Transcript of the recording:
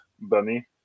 bunny